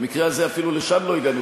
במקרה הזה אפילו לשם לא הגענו,